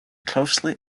closely